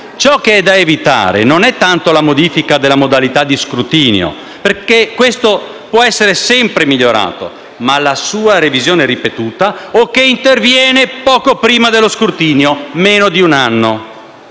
«ciò che è da evitare, non è tanto la modifica della modalità di scrutinio, poiché quest'ultimo può sempre essere migliorato; ma la sua revisione ripetuta o che interviene poco prima dello scrutinio (meno di un anno)».